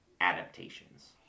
adaptations